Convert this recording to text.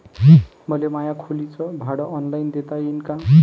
मले माया खोलीच भाड ऑनलाईन देता येईन का?